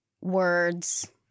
words